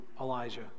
Elijah